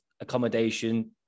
accommodation